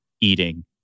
eating